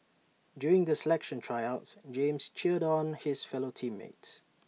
during the selection Tryouts James cheered on his fellow team mates